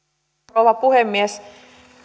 rouva puhemies